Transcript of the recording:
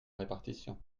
répartition